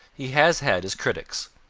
he has had his critics.